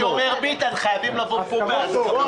מה שאומר ביטן חייבים לעבוד פה ועדות.